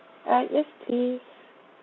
alright yes please